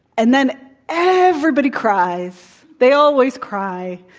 and then everybody cries. they always cry.